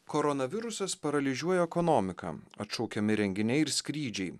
koronavirusas paralyžiuoja ekonomiką atšaukiami renginiai ir skrydžiai